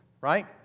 right